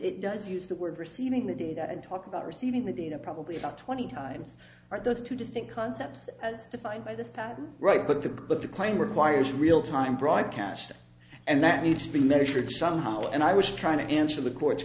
it does use the word receiving the data and talk about receiving the data probably about twenty times are those two distinct concepts as defined by the stat right but the but the claim requires real time broadcast and that need to be measured somehow and i was trying to ensure the court